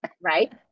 Right